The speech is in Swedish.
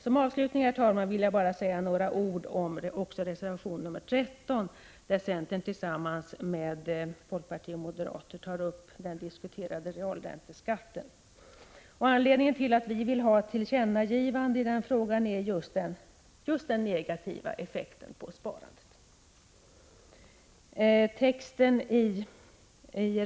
Som avslutning, herr talman, vill jag säga några ord också om reservation nr 13, där centern tillsammans med folkpartiet och moderata samlingspartiet tar upp den omdiskuterade realränteskatten. Anledningen till att vi vill ha ett tillkännagivande i den frågan är just den negativa effekt som realränteskatten har på sparandet.